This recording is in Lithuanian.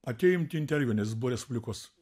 atėjo imti interviu nes buvo respublikos